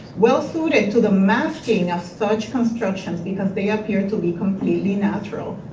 well suited to the masking of such construction because they appear to be completely natural.